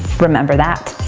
remember that.